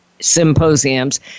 symposiums